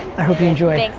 i hope you enjoy.